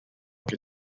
che